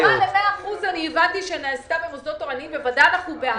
השלמה ל-100% הבנתי שנעשה במוסדות תורניים אני בעד.